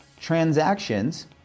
transactions